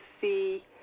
see